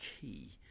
key